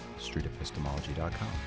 streetepistemology.com